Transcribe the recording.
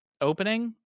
opening